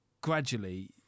gradually